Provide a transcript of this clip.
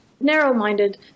narrow-minded